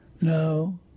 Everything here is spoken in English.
No